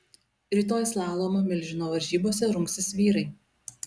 rytoj slalomo milžino varžybose rungsis vyrai